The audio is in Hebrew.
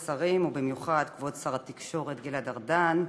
שר התקשורת גלעד ארדן.